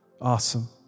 Awesome